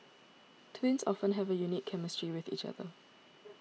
twins often have a unique chemistry with each other